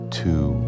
two